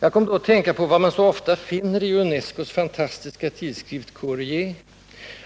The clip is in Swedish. Jag kom då att tänka på vad man så ofta finner i UNESCO:s fantastiska tidskrift Courrier: